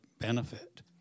benefit